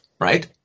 right